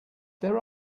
there